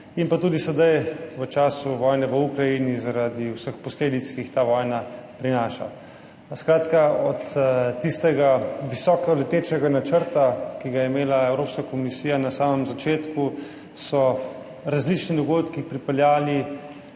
stran, tudi sedaj, v času vojne v Ukrajini, zaradi vseh posledic, ki jih ta vojna prinaša. Skratka, od tistega visokoletečega načrta, ki ga je imela Evropska komisija na samem začetku, so različni dogodki pripeljali